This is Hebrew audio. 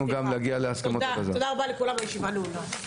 תודה רבה, הישיבה נעולה.